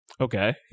okay